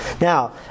Now